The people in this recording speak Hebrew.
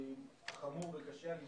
חמור וקשה.